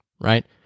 right